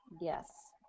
Yes